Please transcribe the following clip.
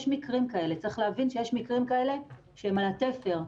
יש מקרים כאלה שהם על התפר,